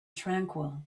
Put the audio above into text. tranquil